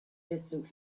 distant